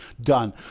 done